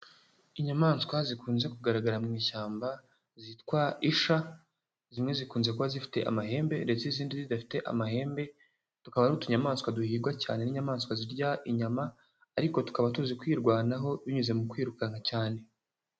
Inyamaswa zikunze kugaragara mu ishyamba zitwa isha, zimwe zikunze kuba zifite amahembe ndetse izindi zidafite amahembe, tukaba ari utunyamaswa duhigwa cyane n'inyamaswa zirya inyama, ariko tukaba tuzi kwirwanaho binyuze mu kwirukanka cyane.